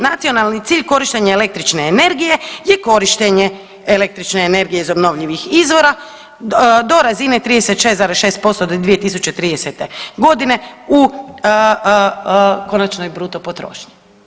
Nacionalni cilj korištenja električne energije je korištenje električne energije iz obnovljivih izvora do razine 36,6% do 2030. godine u konačnoj bruto potrošnji.